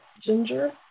ginger